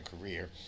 career